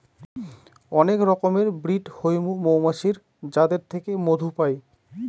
অনেক রকমের ব্রিড হৈমু মৌমাছির যাদের থেকে মধু পাই